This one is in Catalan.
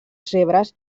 zebres